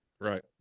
Right